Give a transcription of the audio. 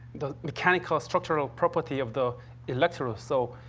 the mechanical-structural property of the electrons. so,